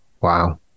Wow